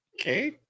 Okay